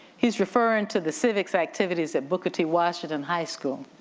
he's referring to the civics activities at booker t. washington high school,